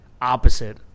opposite